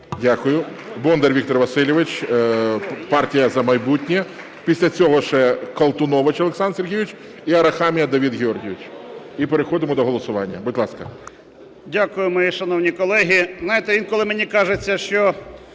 Дякую. Шановні колеги, знаєте, інколи мені кажется, що